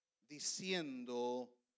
Diciendo